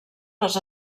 les